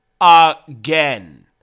again